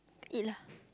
eat lah